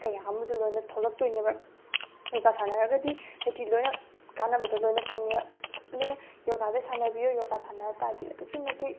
ꯀꯌꯥ ꯑꯃꯁꯨ ꯂꯣꯏꯅ ꯊꯣꯂꯛꯇꯣꯏꯅꯦꯕ ꯌꯣꯒꯥ ꯁꯥꯟꯅꯔꯒꯗꯤ ꯍꯥꯏꯗꯤ ꯂꯣꯏꯅ ꯀꯥꯟꯅꯕꯗꯣ ꯂꯣꯏꯅ ꯐꯪꯉꯦꯕ ꯑꯗꯨꯅ ꯌꯣꯒꯥꯁꯦ ꯁꯥꯟꯅꯕꯤꯌꯨ ꯌꯣꯒꯥ ꯁꯥꯟꯅꯔꯇꯥꯔꯗꯤ ꯑꯗꯨꯛꯀꯤ ꯃꯇꯤꯛ